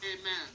amen